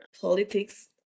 politics